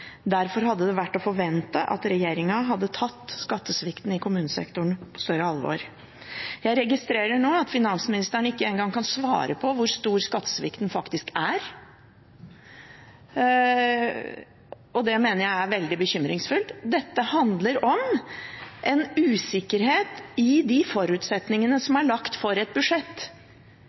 forvente at regjeringen hadde tatt skattesvikten i kommunesektoren på større alvor. Jeg registrerer nå at finansministeren ikke engang kan svare på hvor stor skattesvikten faktisk er, og det mener jeg er veldig bekymringsfullt. Dette handler om en usikkerhet i forutsetningene for budsjettet. Det budsjettåret er